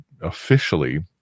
officially